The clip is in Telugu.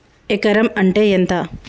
ఎకరం అంటే ఎంత?